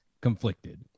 conflicted